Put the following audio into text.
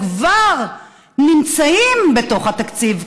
הן כבר נמצאות בתוך התקציב.